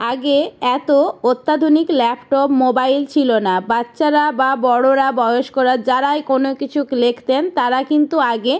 আগে এতো অত্যাধুনিক ল্যাপটপ মোবাইল ছিলো না বাচ্চারা বা বড়োরা বয়স্করা যারাই কোনো কিছুক লিখতেন তারা কিন্তু আগে